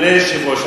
אדוני היושב-ראש,